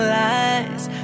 lies